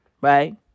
Right